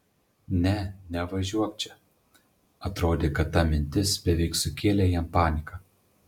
ne nevažiuok čia atrodė kad ta mintis beveik sukėlė jam paniką